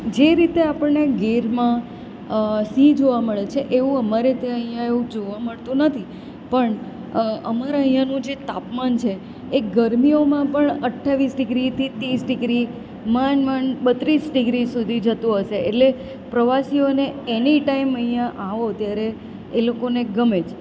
જે રીતે આપણને ગીરમાં સિંહ જોવા મળે છે એવું અમારે ત્યાં અહીંયા એવું જોવા મળતું નથી પણ અમારા અહીંયાનું જે તાપમાન છે એ ગરમીઓમાં પણ અઠ્ઠાવીસ ડિગ્રીથી ત્રીસ ડિગ્રી માંડ માંડ બત્રીસ ડિગ્રી સુધી જતું હશે એટલે પ્રવાસીઓને એની ટાઈમ અહીંયા આવો ત્યારે એ લોકોને ગમે જ